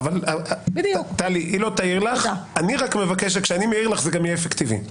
אבל אני מבקש שכשאני מעיר לך זה גם יהיה אפקטיבי.